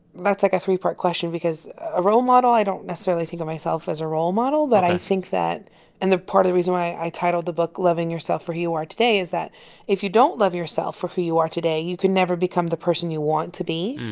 that's like a three-part question because a role model i don't necessarily think of myself as a role model ok but i think that and the part of the reason why i titled the book loving yourself for who you are today is that if you don't love yourself for who you are today, you can never become the person you want to be,